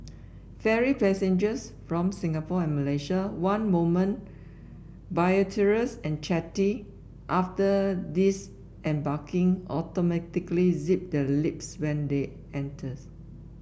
ferry passengers from Singapore and Malaysia one moment boisterous and chatty after disembarking automatically zip their lips when they enter